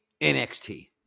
NXT